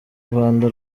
rwanda